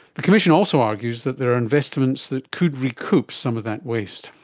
the commission also argues that there are investments that could recoup some of that waste.